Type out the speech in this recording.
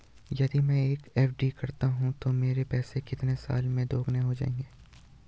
यदि मैं एफ.डी करता हूँ तो मेरे पैसे कितने साल में दोगुना हो जाएँगे?